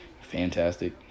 fantastic